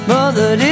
Mother